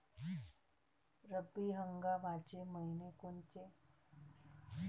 रब्बी हंगामाचे मइने कोनचे?